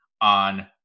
on